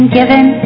given